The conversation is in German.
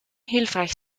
hilfreich